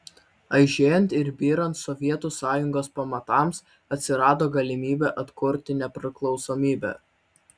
aižėjant ir byrant sovietų sąjungos pamatams atsirado galimybė atkurti nepriklausomybę